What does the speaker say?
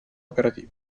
operative